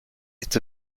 its